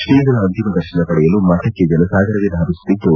ಶ್ರೀಗಳ ಅಂತಿಮ ದರ್ಶನ ಪಡೆಯುಲು ಮಠಕ್ಕೆ ಜನಸಾಗರವೇ ಧಾವಿಸುತ್ತಿದ್ದು